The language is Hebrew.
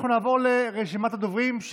אנחנו נעבור לרשימת הדוברים,